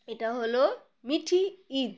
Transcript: এটা হলো মিঠি ঈদ